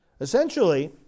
Essentially